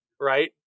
right